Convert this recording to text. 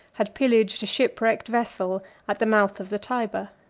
had pillaged a shipwrecked vessel at the mouth of the tyber.